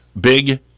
Big